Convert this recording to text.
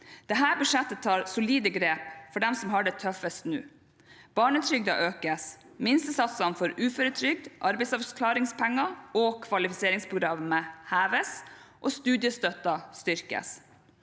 Dette budsjettet tar solide grep for dem som har det tøffest nå: Barnetrygden økes, minstesatsene for uføretrygd, arbeidsavklaringspenger og kvalifiseringsprogrammet heves, og studiestøtten styrkes.